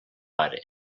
pare